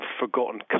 forgotten